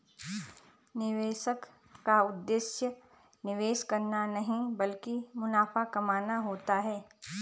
निवेशक का उद्देश्य निवेश करना नहीं ब्लकि मुनाफा कमाना होता है